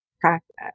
practice